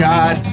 God